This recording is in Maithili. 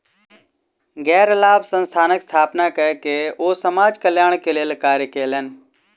गैर लाभ संस्थानक स्थापना कय के ओ समाज कल्याण के लेल कार्य कयलैन